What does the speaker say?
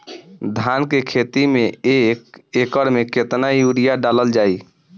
धान के खेती में एक एकड़ में केतना यूरिया डालल जाई?